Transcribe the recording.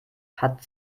hat